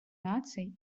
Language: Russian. наций